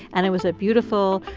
and it was a beautiful,